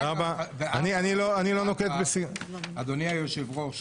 אני לא נוקט --- אדוני היושב-ראש,